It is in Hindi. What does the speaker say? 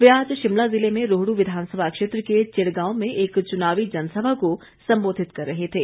वे आज शिमला ज़िले में रोहडू विधानसभा क्षेत्र के चिड़गांव में एक चुनावी जनसभा को संबोधित कर रहे थे